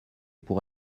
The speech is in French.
pour